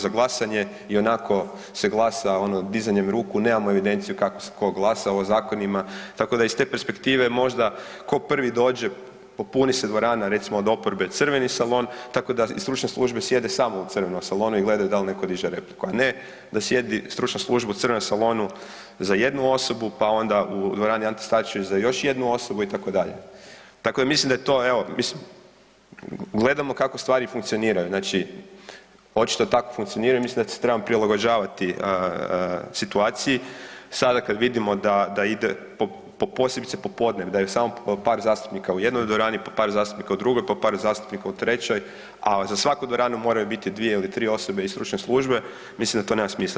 Za glasanje ionako se glasa ono dizanjem ruku, nemamo evidenciju kako se tko glasao o zakonima, tako da iz te perspektive možda tko prvi dođe, popuni se dvorana, recimo od oporbe „crveni salon“, tako da i stručne službe sjede samo u „crvenom salonu“ i gledaju da li netko diže repliku, a ne da sjedi stručna služba u „crvenom salonu“ za jednu osobu, pa onda u dvorani „Ante Starčević“ za još jednu osobu, itd., tako da mislim da je to evo, mislim, gledamo kako stvari funkcioniraju, znači, očito tako funkcioniraju i mislim da se trebamo prilagođavati situaciji sada kada vidimo da ide, posebice popodne, da je samo par zastupnika u jednoj dvorani, po par zastupnika u drugoj, pa par zastupnika u trećoj, a za svaku dvoranu moraju biti dvije ili tri osobe iz stručne službe, mislim da to nema smisla.